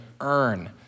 earn